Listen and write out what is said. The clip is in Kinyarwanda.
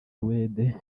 suède